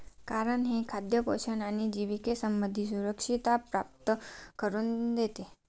कारण हे खाद्य पोषण आणि जिविके संबंधी सुरक्षितता प्राप्त करून देते